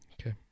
Okay